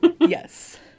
Yes